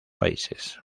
países